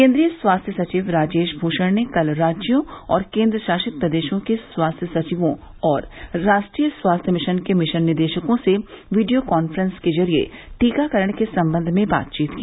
केन्द्रीय स्वास्थ्य सचिव राजेश भूषण ने कल राज्यों और केन्द्र शासित प्रदेशों के स्वास्थ्य सचिवों और राष्ट्रीय स्वास्थ्य मिशन के मिशन निदेशकों से वीडियो काफ्रेंस के जरिये टीकाकरण के संबंध में बातचीत की